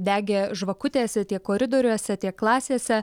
degė žvakutės tiek koridoriuose tiek klasėse